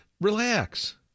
Relax